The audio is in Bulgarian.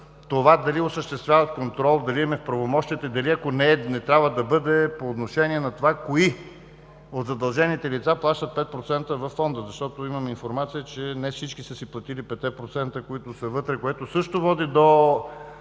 това дали осъществяват контрол, дали им е в правомощията и дали да не трябва да бъде по отношение на това кои от задължените лица плащат 5% във Фонда, защото имам информация, че не всички са си платили петте процента, които са вътре. Това също води до